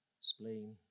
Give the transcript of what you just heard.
spleen